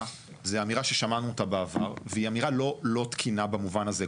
זו אמירה ששמענו אותה בעבר והיא אמירה לא תקינה במובן הזה.